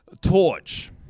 torch